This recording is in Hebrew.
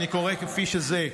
אני קורא כפי שזה: